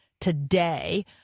today